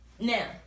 Now